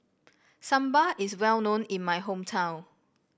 sambar is well known in my hometown